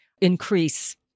increase